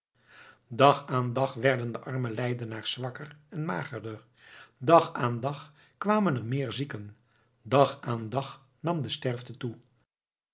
dag aan dag werden de arme leidenaars zwakker en magerder dag aan dag kwamen er meer zieken dag aan dag nam de sterfte toe